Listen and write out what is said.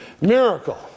miracle